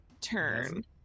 turn